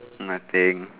nothing